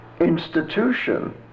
institution